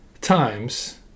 times